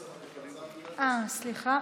סליחה,